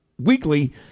Weekly